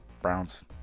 Browns